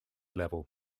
level